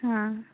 हाँ